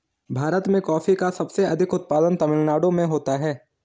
भीरत में कॉफी का सबसे अधिक उत्पादन तमिल नाडु में होता है